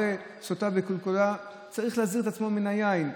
הרואה סוטה בקלקולה צריך להזיר את עצמו מן היין,